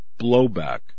blowback